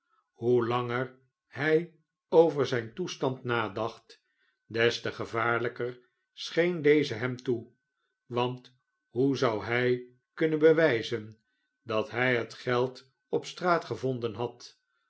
hoe langer hij over zijn toestand nadacht des te gevaarlijker scheen deze hem toe want hoe zou hij kunnen bewijzen dat hij het geld op straat gevonden had